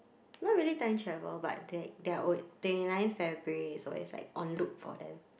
not really time travel but like their twenty ninth February is always like on loop for them